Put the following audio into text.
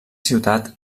ciutat